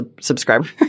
subscriber